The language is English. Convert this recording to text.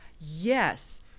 Yes